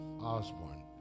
Osborne